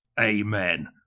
amen